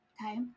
Okay